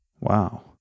Wow